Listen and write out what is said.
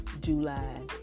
July